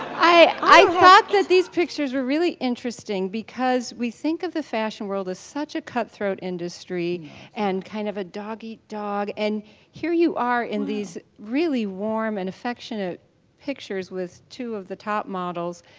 i thought that these pictures were really interesting because we think of the fashion world is such a cutthroat industry and kind of a dog-eat-dog and here you are in these really warm and affectionate pictures with two of the top models.